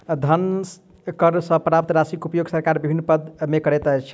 धन कर सॅ प्राप्त राशिक उपयोग सरकार विभिन्न मद मे करैत छै